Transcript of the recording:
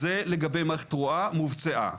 זה לגבי מערכת תרועה, מובצעה.